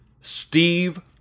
Steve